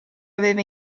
aveva